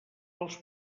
als